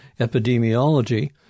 epidemiology